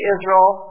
Israel